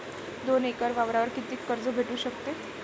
दोन एकर वावरावर कितीक कर्ज भेटू शकते?